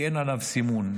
כי אין עליו סימון,